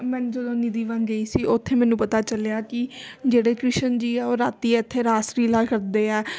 ਮੈਨੂੰ ਜਦੋਂ ਨਿੱਧੀ ਵਣ ਗਈ ਸੀ ਉੱਥੇ ਮੈਨੂੰ ਪਤਾ ਚੱਲਿਆ ਕਿ ਜਿਹੜੇ ਕ੍ਰਿਸ਼ਨ ਜੀ ਆ ਉਹ ਰਾਤੀ ਇੱਥੇ ਰਾਸ ਲੀਲਾ ਕਰਦੇ ਆ